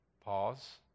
Pause